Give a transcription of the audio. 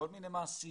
כל מיני מעשיות,